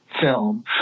film